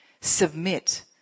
Submit